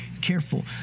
careful